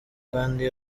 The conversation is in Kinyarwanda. kandi